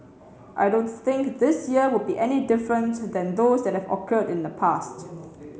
I don't think this year will be any different than those that have occurred in the past